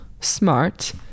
smart